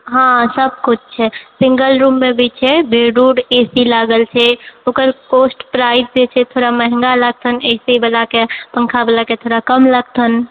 हँ सब किछु छै सिंगल रूममे भी छै बेड उड ए सी लागल छै ओकर कॉस्ट प्राइस जे छै थोड़ा महङ्गा छै नोन ए सी बलाके पङ्खा बलाके थोड़ा कम लगतनि